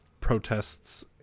protests